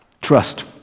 Trust